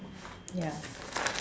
ya